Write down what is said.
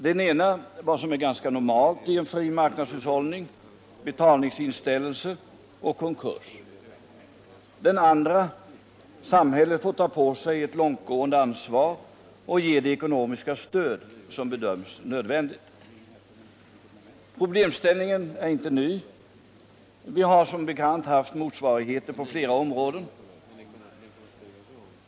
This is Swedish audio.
Den ena är vad som är ganska normalt i en fri marknadshushållning, nämligen betalningsinställelse och konkurs. Den andra är att samhället får ta på sig ett långtgående ansvar och ge det ekonomiska stöd som bedöms nödvändigt. Problemställningen är inte ny. Vi har som bekant haft motsvarigheter på flera områden.